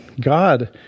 God